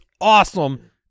awesome